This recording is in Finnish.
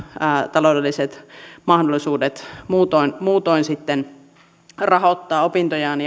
taloudelliset mahdollisuudet muutoin muutoin rahoittaa opintojaan